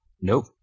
Nope